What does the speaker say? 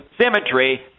symmetry